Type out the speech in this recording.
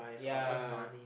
yeah